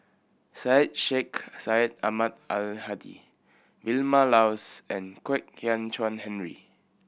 Syed Sheikh Syed Ahmad Al Hadi Vilma Laus and Kwek Hian Chuan Henry